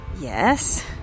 Yes